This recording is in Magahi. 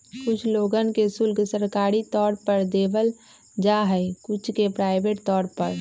कुछ लोगन के शुल्क सरकारी तौर पर देवल जा हई कुछ के प्राइवेट तौर पर